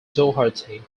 doherty